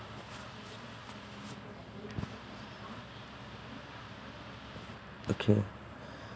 okay